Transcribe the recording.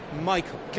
Michael